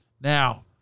Now